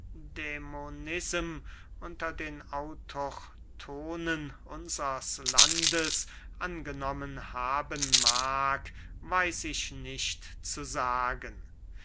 unter den autochthonen unsers landes angenommen haben mag weiß ich nicht zu sagen